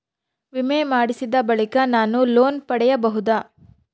ವಿಮೆ ಮಾಡಿಸಿದ ಬಳಿಕ ನಾನು ಲೋನ್ ಪಡೆಯಬಹುದಾ?